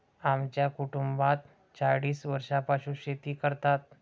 आमच्या कुटुंबात चाळीस वर्षांपासून शेती करतात